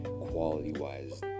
quality-wise